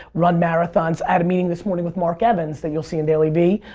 run marathons. i had a meeting this morning with mark evans that you'll see in dailyvee,